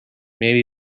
maybe